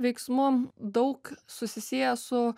veiksmu daug susisieja su